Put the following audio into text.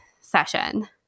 session